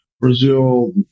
Brazil